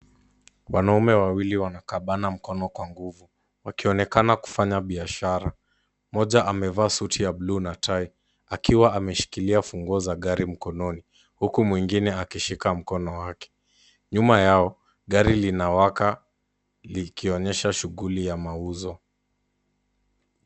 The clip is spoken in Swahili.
Wanaume wawili wanakabana mikono kwa nguvu. Wakionekana kufanya biashara. Mmoja amevaa suti ya blue na tai akiwa ameshikilia funguo za gari mkononi huku mwingine akishika mkono wake. Nyuma yao, gari linawaka likionyesha shughuli ya mauzo.